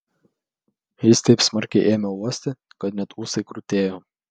jis taip smarkiai ėmė uosti kad net ūsai krutėjo